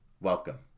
welcome